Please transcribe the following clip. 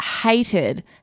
hated